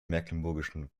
mecklenburgischen